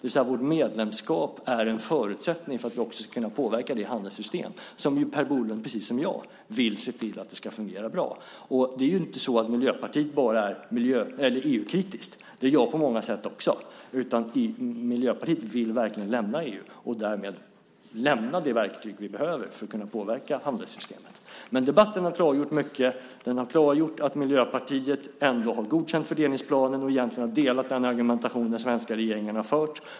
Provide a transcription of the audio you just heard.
Vårt medlemskap är en förutsättning för att vi också ska kunna påverka det handelssystem som Per Bolund, precis som jag, vill ska fungera bra. Det är inte så att Miljöpartiet bara är EU-kritiskt - det är jag på många sätt också - utan Miljöpartiet vill verkligen lämna EU och därmed lämna det verktyg vi behöver för att kunna påverka handelssystemet. Debatten har klargjort mycket. Den har klargjort att Miljöpartiet ändå har godkänt fördelningsplanen och egentligen har delat den argumentation som den svenska regeringen har fört.